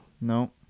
No